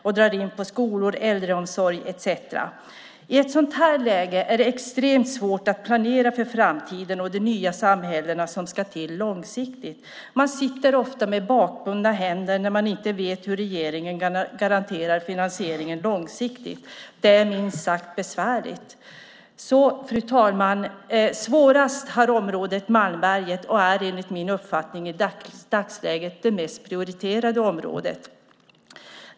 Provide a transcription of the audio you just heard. De drar in på skolor, äldreomsorg med mera. I ett sådant läge är det extremt svårt att långsiktigt planera för framtiden och de nya samhällena. Man sitter med bakbundna händer när man inte vet hur regeringen långsiktigt garanterar finansieringen. Det är minst sagt besvärligt. Svårast, fru talman, är det för området Malmberget. Enligt min uppfattning måste det därför i dagsläget vara det mest prioriterade området.